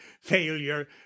failure